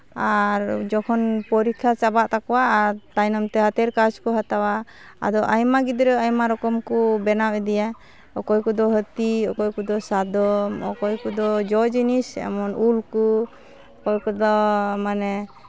ᱟᱨ ᱡᱚᱠᱷᱚᱱ ᱯᱚᱨᱤᱠᱠᱷᱟ ᱪᱟᱵᱟᱜ ᱛᱟᱠᱚᱣᱟ ᱟᱨ ᱛᱟᱭᱱᱚᱢ ᱛᱮ ᱦᱟᱛᱮᱨ ᱠᱟᱡᱽ ᱠᱚ ᱦᱟᱛᱟᱣᱟ ᱟᱫᱚ ᱟᱭᱢᱟ ᱜᱤᱫᱽᱨᱟᱹ ᱟᱭᱢᱟ ᱨᱚᱠᱚᱢ ᱠᱚ ᱵᱮᱱᱟᱣ ᱤᱫᱤᱭᱟ ᱚᱠᱚᱭ ᱠᱚᱫᱚ ᱦᱟᱹᱛᱤ ᱚᱠᱚᱭ ᱠᱚᱫᱚ ᱥᱟᱫᱚᱢ ᱚᱠᱚᱭ ᱠᱚᱫᱚ ᱡᱚ ᱡᱤᱱᱤᱥ ᱮᱢᱚᱱ ᱩᱞ ᱠᱚ ᱚᱠᱚᱭ ᱠᱚᱫᱚ ᱢᱟᱱᱮ